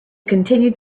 continued